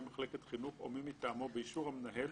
מחלקת חינוך או מי מטעמו באישור המנהל